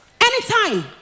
Anytime